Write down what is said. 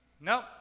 Nope